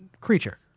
creature